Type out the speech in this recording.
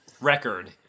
record